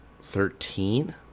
Thirteen